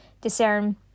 discern